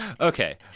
Okay